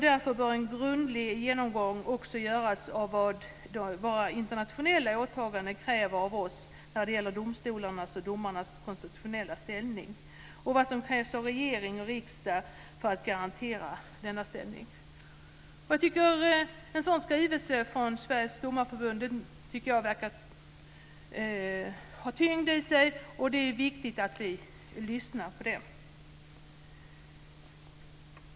Därför bör en grundlig genomgång också göras av vad våra internationella åtaganden kräver av oss när det gäller domstolarnas och domarnas konstitutionella ställning och vad som krävs av regering och riksdag för att garantera denna ställning. Jag tycker att en sådan skrivelse från Sveriges domarförbund har en viss tyngd. Det är viktigt att vi lyssnar på dem.